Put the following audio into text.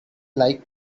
like